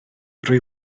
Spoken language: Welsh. rwy